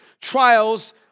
trials